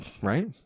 Right